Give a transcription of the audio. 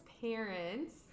parents